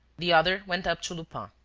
the other went up to lupin.